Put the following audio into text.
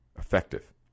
effective